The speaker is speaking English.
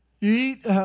Eat